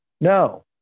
No